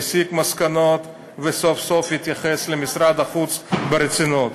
יסיק מסקנות וסוף-סוף יתייחס למשרד החוץ ברצינות.